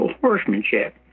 horsemanship